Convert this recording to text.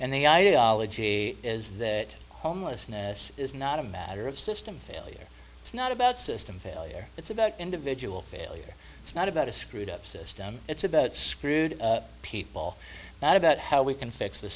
and the ideology is that homelessness is not a matter of system failure it's not about system failure it's about individual failure it's not about a screwed up system it's about screwed people not about how we can fix the